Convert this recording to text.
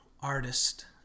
artist